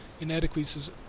inadequacies